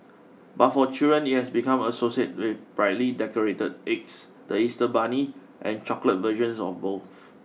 but for children it has become associated with brightly decorated eggs the Easter bunny and chocolate versions of both